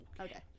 Okay